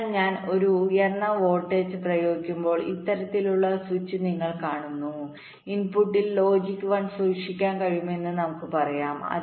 അതിനാൽ ഞാൻ ഒരു ഉയർന്ന വോൾട്ടേജ് പ്രയോഗിക്കുമ്പോൾ ഇത്തരത്തിലുള്ള ഒരു സ്വിച്ച് നിങ്ങൾ കാണുന്നു ഇൻപുട്ടിൽ ലോജിക് 1 സൂചിപ്പിക്കാൻ കഴിയുമെന്ന് നമുക്ക് പറയാം